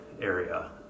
area